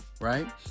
right